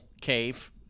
cave